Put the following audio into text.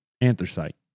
anthracite